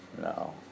No